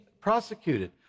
prosecuted